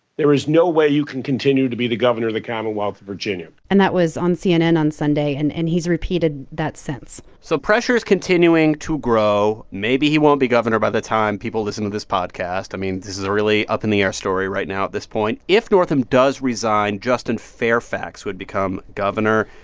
there is no way you can continue to be the governor of the commonwealth of virginia and that was on cnn on sunday, and and he's repeated that since so pressure is continuing to grow. maybe he won't be governor by the time people listen to this podcast. i mean, this is a really up-in-the-air story right now at this point. if northam does resign, justin fairfax would become governor.